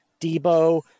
debo